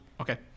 okay